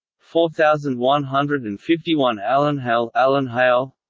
four thousand one hundred and fifty one alanhale alanhale